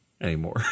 anymore